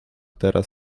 teraz